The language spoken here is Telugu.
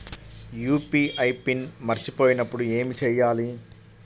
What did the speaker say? యూ.పీ.ఐ పిన్ మరచిపోయినప్పుడు ఏమి చేయాలి?